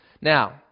Now